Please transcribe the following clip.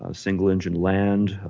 ah single engine land,